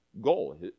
goal